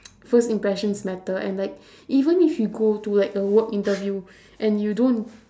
first impressions matter and like even if you go to like a work interview and you don't